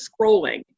scrolling